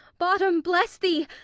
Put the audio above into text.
bottom, bless thee!